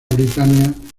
britania